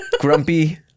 grumpy